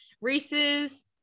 Reese's